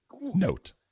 note